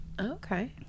okay